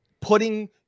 putting